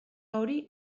hori